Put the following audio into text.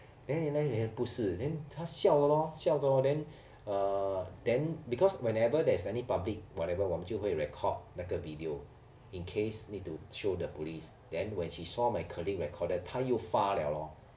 eh then 原来不是 then 他 siao 的 lor siao 的 then err then because whenever there's any public whatever 我们就会 record 那个 video in case need to show the police then when she saw my colleague recorded 他又发 liao lor